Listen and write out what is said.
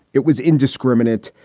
it was indiscriminate.